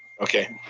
okay.